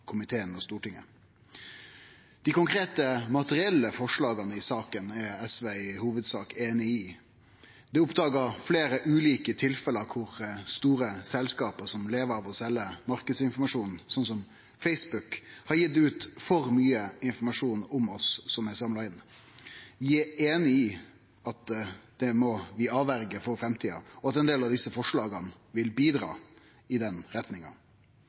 komiteen og Stortinget. Dei konkrete, materielle forslaga i saka er SV i hovudsak einig i. Det er oppdaga fleire ulike tilfelle kor store selskap som lever av å selje marknadsinformasjon, som Facebook, har gitt ut for mykje av den informasjonen dei har samla inn om oss. Vi er einige i at det må vi avverje for framtida, og at ein del av desse forslaga vil bidra i den retninga.